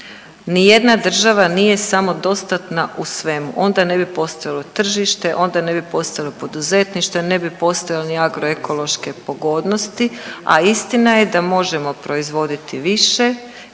Ni jedna država nije samodostatna u svemu, onda ne bi postojalo tržište, onda ne bi postojalo poduzetništvo, ne bi postojale ni agroekološke pogodnosti, a istina je da možemo proizvoditi više i tu